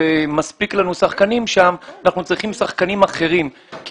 ואנחנו כבר רואים - לא בעוד שתי ממשלות או בעוד שתי